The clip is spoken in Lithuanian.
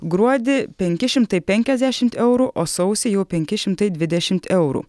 gruodį penki šimtai penkiasdešimt eurų o sausį jau penki šimtai dvidešimt eurų